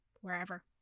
wherever